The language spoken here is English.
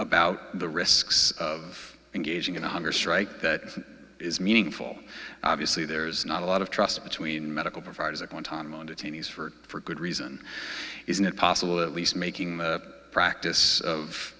about the risks of engaging in a hunger strike that is meaningful obviously there's not a lot of trust between medical providers at guantanamo detainees for for good reason isn't it possible that at least making the practice of